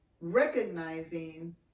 recognizing